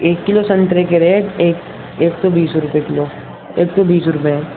ایک کلو سنترے کے ریٹ ایک ایک سو بیس روپے کلو ایک سو بیس روپے